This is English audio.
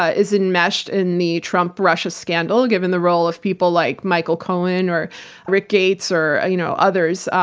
ah is enmeshed in the trump-russia scandal, given the role of people like michael cohen, or rick gates, or you know others.